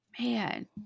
man